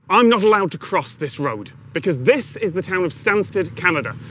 i'm not allowed to cross this road, because this is the town of stanstead, canada.